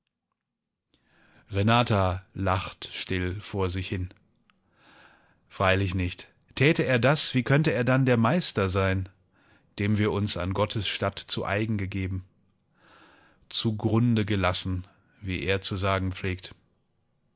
renata lacht still vor sich hin freilich nicht täte er das wie könnte er dann der meister sein dem wir uns an gottes statt zu eigen gegeben zu grunde gelassen wie er zu sagen pflegt